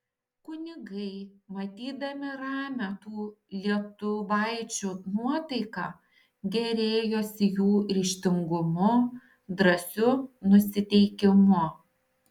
kunigai matydami ramią tų lietuvaičių nuotaiką gėrėjosi jų ryžtingumu drąsiu nusiteikimu